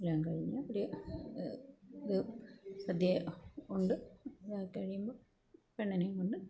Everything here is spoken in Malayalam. എല്ലാം കഴിഞ്ഞ് ഒരു സദ്യ ഉണ്ട് അത് കഴിയുമ്പോൾ പെണ്ണിനെയും കൊണ്ട്